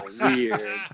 weird